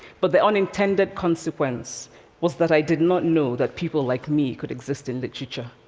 but the unintended consequence was that i did not know that people like me could exist in literature.